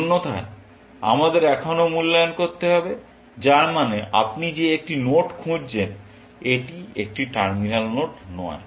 অন্যথায় আমাদের এখনও মূল্যায়ন করতে হবে যার মানে আপনি যে একটি নোড খুঁজছেন এটি একটি টার্মিনাল নোড নয়